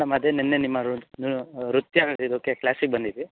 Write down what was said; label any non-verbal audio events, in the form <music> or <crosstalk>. madam ಅದೇ ನಿನ್ನೆ ನಿಮ್ಮ ನೃತ್ಯ <unintelligible> ಕ್ಲಾಸಿಗೆ ಬಂದಿದ್ವಿ